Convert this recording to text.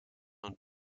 und